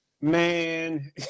Man